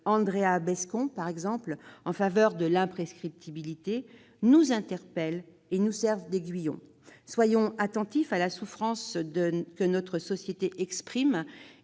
Andréa Bescond, en faveur de l'imprescriptibilité, nous interpellent et nous servent d'aiguillon. Soyons attentifs à la souffrance des victimes